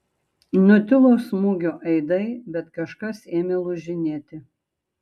nutilo smūgio aidai bet kažkas ėmė lūžinėti